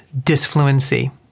disfluency